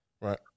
Right